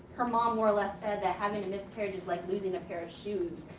her mom more or less said that having a miscarriage is like losing a pair of shoes.